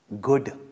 good